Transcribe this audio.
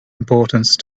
importance